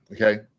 Okay